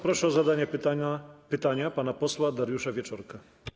Proszę o zadanie pytania pana posła Dariusza Wieczorka.